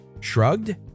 shrugged